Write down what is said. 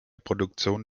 produktion